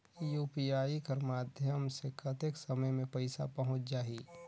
UPI कर माध्यम से कतेक समय मे पइसा पहुंच जाहि?